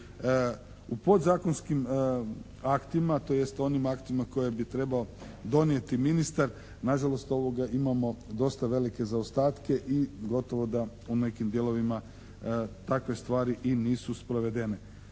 u podzakonskim aktima, tj. onim aktima koje bi trebao donijeti ministar nažalost imamo dosta velike zaostatke i gotovo da u nekim dijelovima takve stvari i nisu sprovedene,